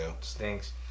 Stinks